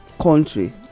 country